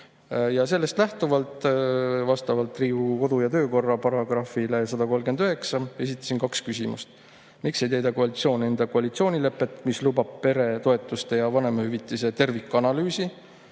sellest lähtuvalt ma vastavalt Riigikogu kodu- ja töökorra [seaduse] §-le 139 esitasin kaks küsimust. Miks ei täida koalitsioon enda koalitsioonilepet, mis lubab peretoetuste ja vanemahüvitise tervikanalüüsi?